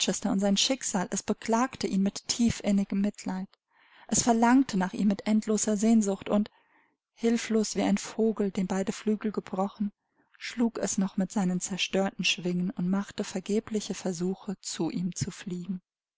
sein schicksal es beklagte ihn mit tiefinnigem mitleid es verlangte nach ihm mit endloser sehnsucht und hilflos wie ein vogel dem beide flügel gebrochen schlug es noch mit seinen zerstörten schwingen und machte vergebliche versuche zu ihm zu fliegen